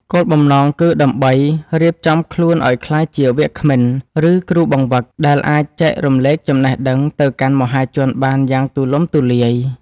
គោលបំណងគឺដើម្បីរៀបចំខ្លួនឱ្យក្លាយជាវាគ្មិន ឬគ្រូបង្វឹក ដែលអាចចែករំលែកចំណេះដឹងទៅកាន់មហាជនបានយ៉ាងទូលំទូលាយ។